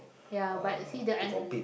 ya but see the end